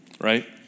right